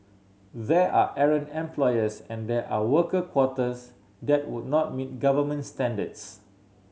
there are errant employers and there are worker quarters that would not meet government standards